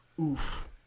oof